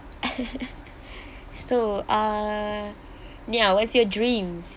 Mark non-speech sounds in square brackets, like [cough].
[laughs] so uh ya what's your dreams